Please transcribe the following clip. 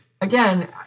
again